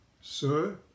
sir